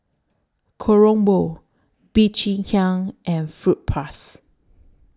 Kronenbourg Bee Cheng Hiang and Fruit Plus